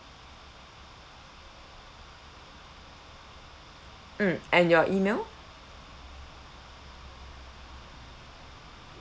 mm and your email